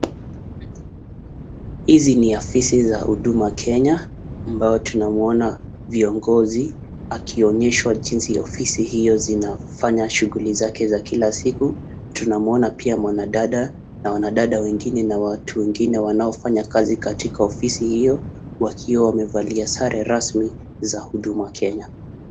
Hizi ni afisi za huduma Kenya ambao tunamuona viongozi akionyeshwa jinsi ofisi hio zinafanya shughuli zake za kila siku. Tunamuona pia mwanadada na wanadada wengine na watu wengine wanaofanya kazi katika ofisi hiyo wakiwa wamevalia sare rasmi za huduma Kenya.